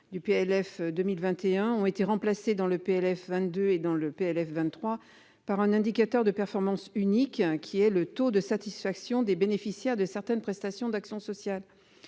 du PLF 2021 ont été remplacés dans le PLF 22 et dans le PLF 23 par un indicateur de performance unique qui est le taux de satisfaction des bénéficiaires de certaines prestations d'action sociale,